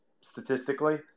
statistically